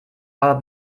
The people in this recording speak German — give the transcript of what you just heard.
aber